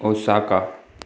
Osaka